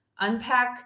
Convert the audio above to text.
unpack